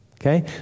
Okay